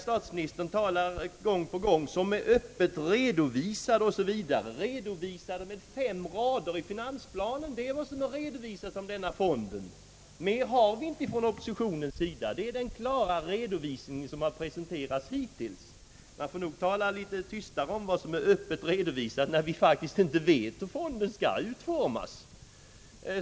Statsministern talade vidare om att denna fond skulle vara öppet redovisad. Den är hittills endast redovisad på fem rader i finansplanen. Mer har vi inte att gå efter inom oppositionen. Den klara redovisning som hittills skulle ha lämnats får man nog tala mindre om, eftersom vi faktiskt inte vet hur fonden skall utformas.